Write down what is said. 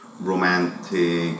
romantic